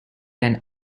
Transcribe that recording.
and